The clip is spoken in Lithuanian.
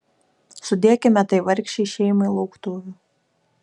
sudėkime tai vargšei šeimai lauktuvių